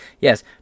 Yes